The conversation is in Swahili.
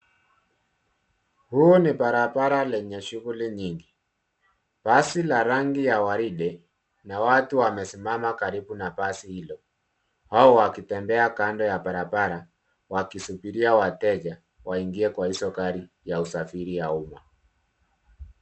Huu ni barabara lenye shughuli nyingi. Basi la rangi ya waridi na watu wamesimama kando na basi hilo. Hao wakitembea kando ya barabara wakisubiria wateja waingie kwa hizo gari ya usafiri ya umma.